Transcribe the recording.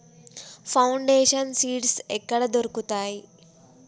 Foundation seeds ఎక్కడ దొరుకుతాయి?